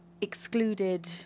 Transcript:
excluded